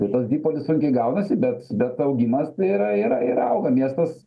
tai tas dipolis sunkiai gaunasi bet bet augimas tai yra yra yra auga miestas